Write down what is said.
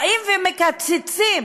באים ומקצצים,